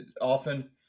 often